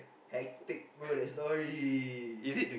hectic bro that story